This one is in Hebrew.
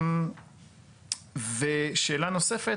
שאלה נוספת,